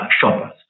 shoppers